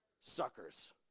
Suckers